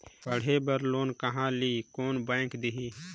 पढ़े बर लोन कहा ली? कोन बैंक देही?